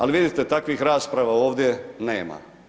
Ali vidite, takvih rasprava ovdje nema.